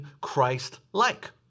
Christ-like